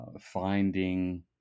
finding